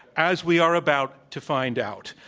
as we are about to find out.